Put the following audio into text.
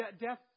death